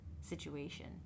situation